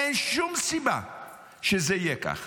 אין שום סיבה שזה יהיה כך.